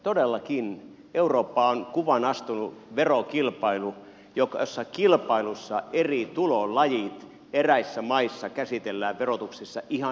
todellakin euroopan kuvaan on astunut verokilpailu jossa kilpailussa eri tulolajit eräissä maissa käsitellään verotuksessa ihan eri tavalla